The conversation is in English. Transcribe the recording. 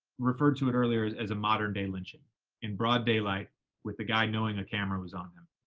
referred to it earlier as as a modern-day lynching in broad daylight with the guy knowing a camera was on him.